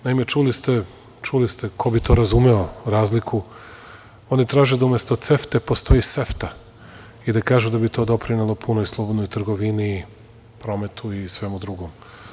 Naime, čuli ste, ko bi to razumeo, razliku, oni traže da umesto CEFTE postoji SEFTA i da kažu da bi to doprinelo punoj slobodnoj trgovini, prometu i svemu drugom.